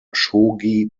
shogi